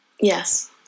Yes